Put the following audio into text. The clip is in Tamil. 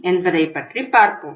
என்பதை பற்றி பார்ப்போம்